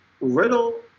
Riddle